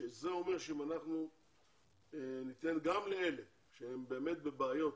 שזה אומר שאם אנחנו ניתן גם לאלה שהם באמת בבעיות